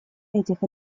этих